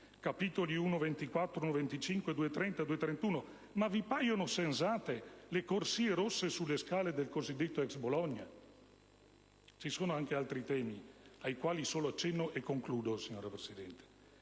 (capitoli 1.24, 1.25, 2.30, 2.31). Ma vi paiono sensate le corsie rosse sulle scale del cosiddetto ex Bologna? Ci sono anche altri temi, ai quali accenno solamente, e concludo, signora Presidente.